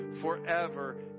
forever